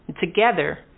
Together